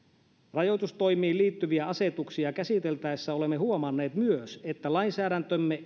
rajoitustoimiin liittyviä asetuksia käsiteltäessä olemme huomanneet myös että lainsäädäntömme